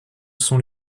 sont